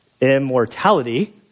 immortality